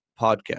Podcast